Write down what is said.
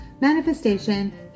manifestation